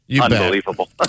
Unbelievable